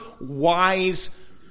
wise